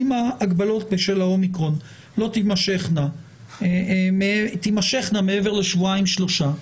אם ההגבלות בשל ה-אומיקרון תימשכנה מעבר לשבועיים-שלושה,